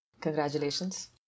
Congratulations